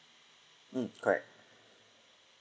mm correct